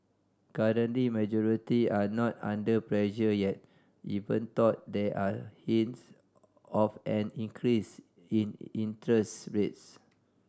currently majority are not under pressure yet even though there are hints of an increase in interest rates